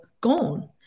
gone